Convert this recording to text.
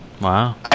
Wow